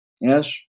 Yes